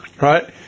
right